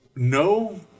No